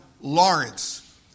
Lawrence